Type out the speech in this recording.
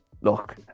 look